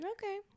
Okay